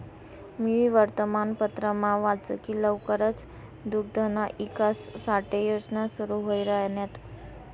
मी वर्तमानपत्रमा वाच की लवकरच दुग्धना ईकास साठे योजना सुरू व्हाई राहिन्यात